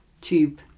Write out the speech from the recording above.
tube